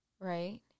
right